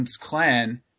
clan